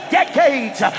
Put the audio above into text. decades